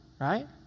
right